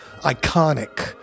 iconic